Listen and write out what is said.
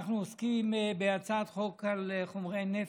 אנחנו עוסקים בהצעת חוק על חומרי נפץ,